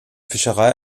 fischerei